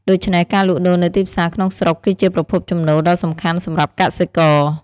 ដូច្នេះ ការលក់ដូរនៅទីផ្សារក្នុងស្រុកគឺជាប្រភពចំណូលដ៏សំខាន់សម្រាប់កសិករ។